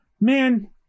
man